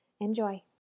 Enjoy